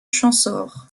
champsaur